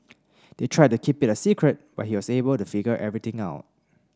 they tried to keep it a secret but he was able to figure everything out